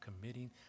committing